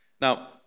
Now